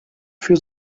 für